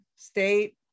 state